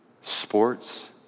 sports